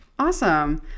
Awesome